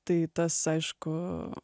tai tas aišku